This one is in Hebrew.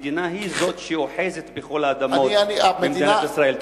המדינה היא שאוחזת בכל האדמות, מדינת ישראל.